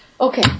Okay